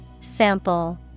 Sample